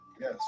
Yes